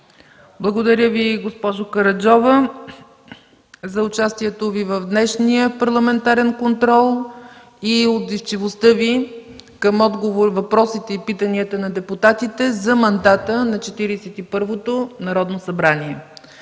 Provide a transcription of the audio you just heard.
Благодаря Ви, госпожо Караджова, за участието Ви в днешния парламентарен контрол и отзивчивостта Ви към въпросите и питанията на депутатите за мандата на Четиридесет